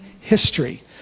history